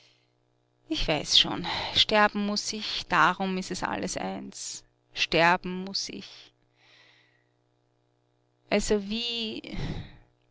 ich weiß schon sterben muß ich darum ist es alles eins sterben muß ich also wie